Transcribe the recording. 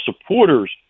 supporters